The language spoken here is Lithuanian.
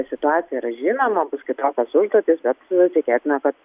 situacija yra žinoma bus kitokios užduotys bet tikėtina kad